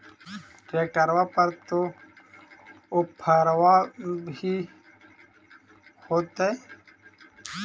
ट्रैक्टरबा पर तो ओफ्फरबा भी मिल होतै?